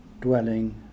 dwelling